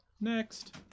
Next